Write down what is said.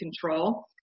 control